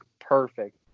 perfect